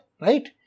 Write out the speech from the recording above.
right